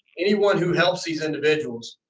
anyone who helps these individuals,